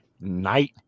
night